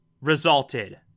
resulted